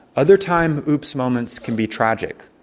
other times oops moments can be tragic.